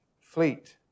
fleet